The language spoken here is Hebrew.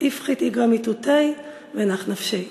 אפחית איגרא מתותיה ונח נפשיה".